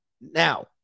Now